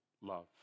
love